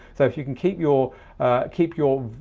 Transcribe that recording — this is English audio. so if you can keep your keep your